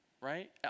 Right